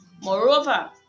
moreover